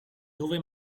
dove